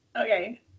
okay